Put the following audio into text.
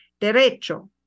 Derecho